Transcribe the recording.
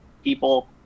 people